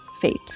fate